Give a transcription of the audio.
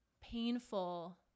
painful